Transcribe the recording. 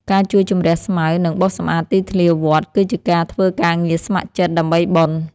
ការជួយជម្រះស្មៅ និងបោសសម្អាតទីធ្លាវត្ត គឺជាការធ្វើការងារស្ម័គ្រចិត្តដើម្បីបុណ្យ។